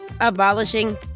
abolishing